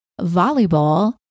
volleyball